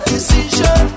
Decision